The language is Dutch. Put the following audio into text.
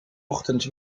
ochtends